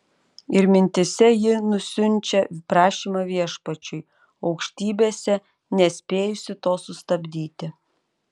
ir mintyse ji nusiunčia prašymą viešpačiui aukštybėse nespėjusi to sustabdyti